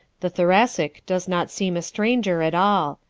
the thoracic does not seem a stranger at all.